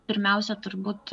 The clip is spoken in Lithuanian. pirmiausia turbūt